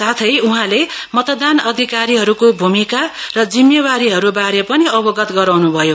साथै उहाँले मतदान अधिकाहरूको भूमिका र जिम्मेवारीहरूबारे पनि अवगत गराउनुभयो